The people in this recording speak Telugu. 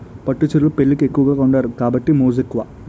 పట్టు చీరలు పెళ్లికి ఎక్కువగా కొంతారు కాబట్టి మోజు ఎక్కువ